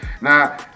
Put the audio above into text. Now